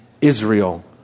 Israel